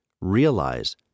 realize